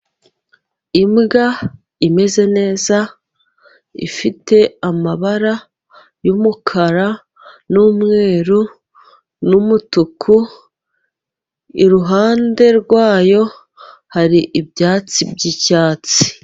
Imbwa imeze neza ifite amabara y'umukara n'umweru n'umutuku, iruhande rwayo hari ibyatsi by'icyatsi.